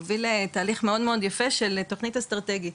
הוביל תהליך מאוד מאוד יפה של תוכנית אסטרטגית.